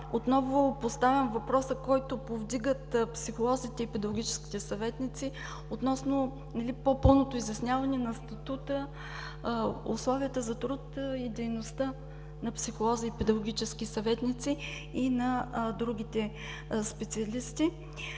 отново поставям въпроса, който повдигат психолозите и педагогическите съветници относно по-пълното изясняване на статута, условията за труд и дейността на психолози и педагогически съветници и на другите специалисти.